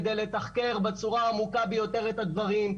כדי לתחקר בצורה העמוקה ביותר את הדברים,